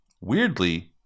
weirdly